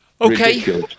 Okay